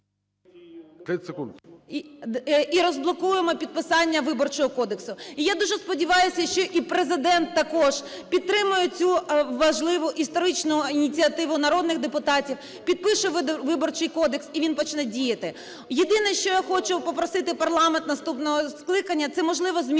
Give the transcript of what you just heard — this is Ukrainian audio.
і розблокуємо підписання Виборчого кодексу. І я дуже сподіваюсь, що і Президент також підтримає цю важливу історичну ініціативу народних депутатів, підпише Виборчий кодекс, і він почне діяти. Єдине, що я хочу попросити парламент наступного скликання, це, можливо, змінити